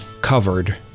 covered